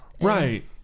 Right